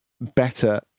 better